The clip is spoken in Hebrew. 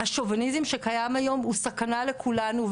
השוביניזם שקיים היום הוא סכנה לכולנו,